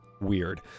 weird